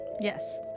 yes